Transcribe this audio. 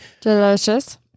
Delicious